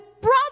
brother